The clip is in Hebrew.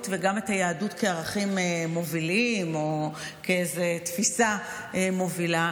וגם את היהדות כערכים מובילים או כאיזו תפיסה מובילה,